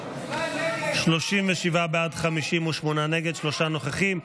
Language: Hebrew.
37 בעד, 58 נגד, שלושה נוכחים.